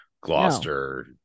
Gloucester